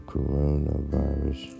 Coronavirus